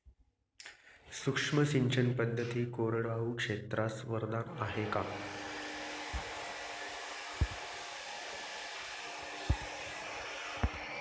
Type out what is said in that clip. सूक्ष्म सिंचन पद्धती कोरडवाहू क्षेत्रास वरदान आहे का?